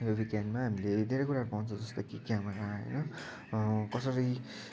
र विज्ञानमा हामीले धेरै कुराहरू पाउँछौँ जस्तो की क्यामेरा होइन कसरी